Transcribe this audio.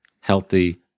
healthy